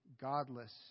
godless